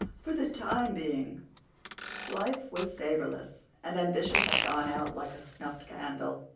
for the time being life was savorless, and ambition had gone out like a snuffed candle.